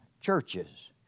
churches